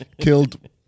Killed